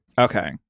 Okay